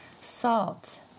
salt